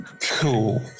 Cool